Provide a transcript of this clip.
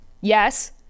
Yes